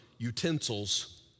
Utensils